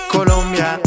Colombia